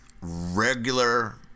regular